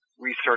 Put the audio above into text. research